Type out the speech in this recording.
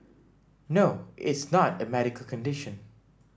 no it's not a medical condition